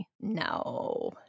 No